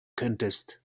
könntest